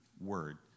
word